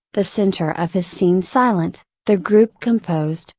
the center of his scene silent, the group composed,